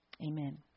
Amen